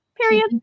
Period